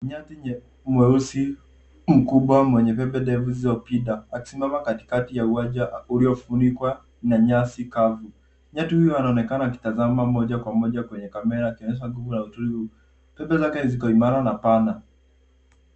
Nyati mweusi mkubwa mwenye pembe ndefu zilizopinda akisimama katikati ya uwanja uliofunikwa na nyasi kavu. Nyati huyu anaonekana akitazama moja kwa moja kwenye kamera akionyesha nguvu na utulivu utulivu. Pembe zake ziko imara na pana.